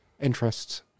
interests